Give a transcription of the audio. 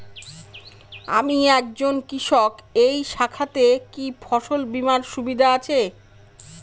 আমি একজন কৃষক এই শাখাতে কি ফসল বীমার সুবিধা আছে?